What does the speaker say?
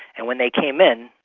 and when they came in,